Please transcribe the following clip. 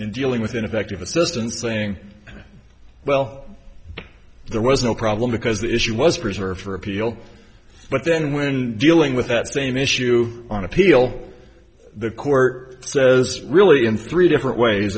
in dealing with ineffective assistance saying well there was no problem because the issue was preserved for appeal but then when dealing with that same issue on appeal the court says really in three different ways